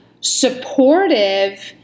supportive